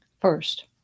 First